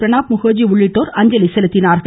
பிரணாப் முகர்ஜி உள்ளிட்டோர் அஞ்சலி செலுத்தினர்